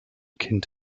kind